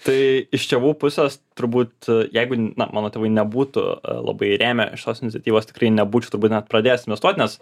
tai iš tėvų pusės turbūt jeigu na mano tėvai nebūtų labai rėmę šitos iniciatyvos tikrai nebūčiau turbūt net pradėjęs investuot nes